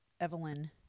Evelyn